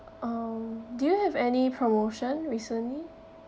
um do you have any promotion recently